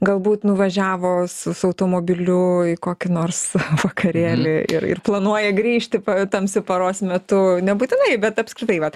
galbūt nuvažiavo su su automobiliu į kokį nors vakarėlį ir ir planuoja grįžti tamsiu paros metu nebūtinai bet apskritai vat